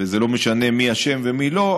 וזה לא משנה מי אשם ומי לא,